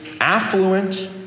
affluent